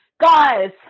Guys